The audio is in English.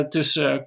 Tussen